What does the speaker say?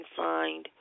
find